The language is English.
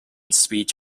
speech